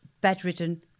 bedridden